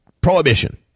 prohibition